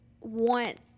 want